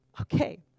okay